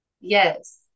yes